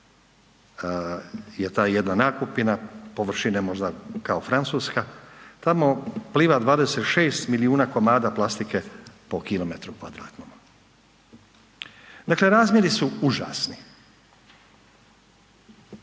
je ta jedna nakupina površine možda kao Francuska, tamo pliva 26 milijuna komada plastike po kilometru kvadratnom. Dakle, razmjeri su užasni.